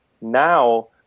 Now